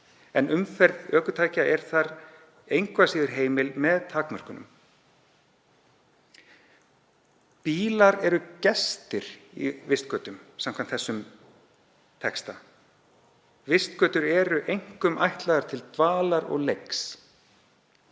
en umferð ökutækja er þar engu að síður heimil með takmörkunum.“ Bílar eru gestir í vistgötum samkvæmt þessum texta. Vistgötur eru einkum ætlaðar til dvalar og leiks.